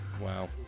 Wow